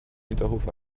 hinterhof